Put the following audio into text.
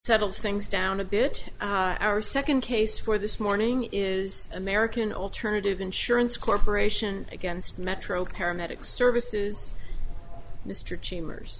settles things down a bit our second case for this morning is american alternative insurance corporation against metro paramedic services mr chambers